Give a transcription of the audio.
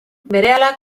berehala